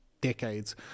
decades